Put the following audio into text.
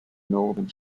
northern